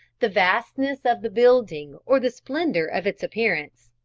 the vastness of the building or the splendour of its appearance.